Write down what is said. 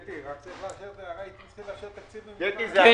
קטי, צריך לאשר תקציב מדינה.